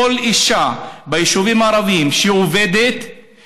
כל אישה ביישובים הערביים שעובדת,